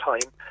time